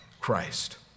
Christ